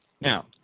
Now